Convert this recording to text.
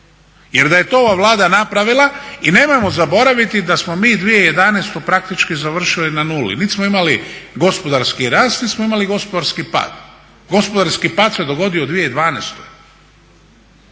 Jer da je to ova Vlada napravila i nemojmo zaboraviti da smo mi 2011. praktički završili na nuli. Niti smo imali gospodarski rast, niti smo imali gospodarski pad. Gospodarski pad se dogodio u 2012.